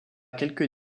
quelque